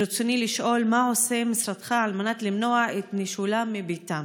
רצוני לשאול: מה עושה משרדך על מנת למנוע את נישולם מביתם?